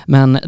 Men